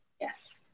Yes